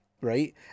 right